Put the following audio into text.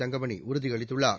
தங்கமணி உறுதி அளித்துள்ளார்